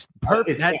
perfect